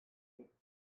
you